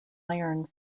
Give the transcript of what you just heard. iron